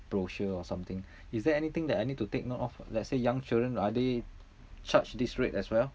brochure or something is there anything that I need to take note of let's say young children are they charged this rate as well